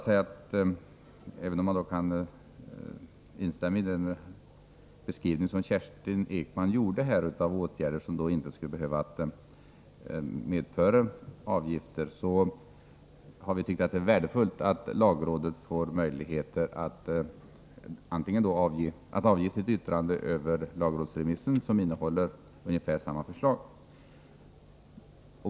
Även om man kan instämma i den beskrivning Kerstin Ekman gjorde av åtgärder som inte skulle behöva medföra avgifter, har vi tyckt att det är värdefullt att lagrådet får möjlighet att avge sitt yttrande över remissen som innehåller ungefär samma förslag.